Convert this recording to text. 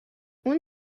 اون